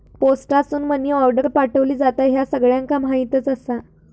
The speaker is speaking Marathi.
पोस्टासून मनी आर्डर पाठवली जाता, ह्या सगळ्यांका माहीतच आसा